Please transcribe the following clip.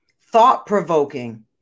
Thought-provoking